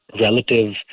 relative